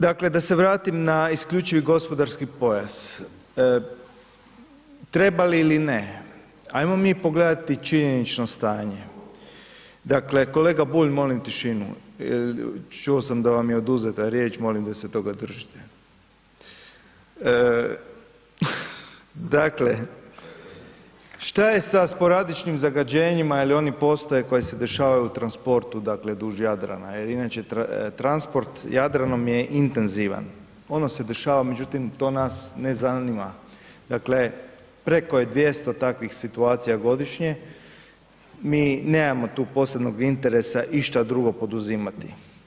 Dakle, da se vratim na isključivi gospodarski pojas, treba li ili ne, ajmo mi pogledati činjenično stanje, dakle, kolega Bulj molim tišinu, čuo sam da vam je oduzeta riječ, molim da se toga držite, dakle, šta je sa sporadičnim zagađenjima ili oni postaje koje se dešavaju u transportu, dakle, duž Jadrana jer inače transport Jadranom je intenzivan, ono se dešava, međutim, to nas ne zanima, dakle, preko je 200 takvih situacija godišnje, mi nemamo tu posebnog interesa išta drugo poduzimati.